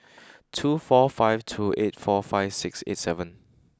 two four five two eight four five six eight seven